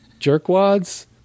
jerkwads